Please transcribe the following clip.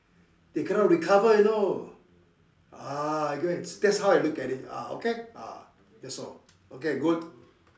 they cannot recover you know ah you go and that's how I look at it ah okay ah that's all okay good